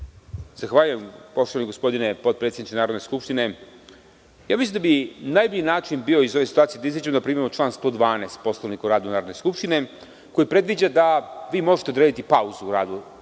Zahvaljujem poštovani gospodine potpredsedniče Narodne skupštine. Mislim da bi najbolji način bio iz ove situacije da izađemo da primenimo član 112. Poslovnika o radu Narodne skupštine, koji predviđa da vi možete odrediti pauzu u radu